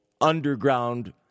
underground